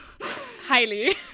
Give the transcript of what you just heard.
Highly